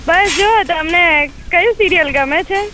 બસ જોવો તમને કઈ સિરિયલ ગમે છે